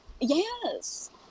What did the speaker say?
Yes